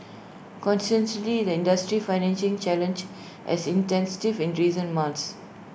consequently the industry's financing challenges has intensified in recent months